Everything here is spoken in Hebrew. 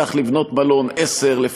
לבנות מלון נדרשות עשר שנים,